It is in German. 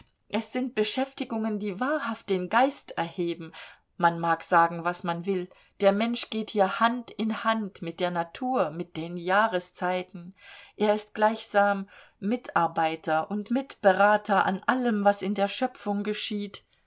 es sind beschäftigungen die wahrhaft den geist erheben man mag sagen was man will der mensch geht hier hand in hand mit der natur mit den jahreszeiten er ist gleichsam mitarbeiter und mitberater an allem was in der schöpfung geschieht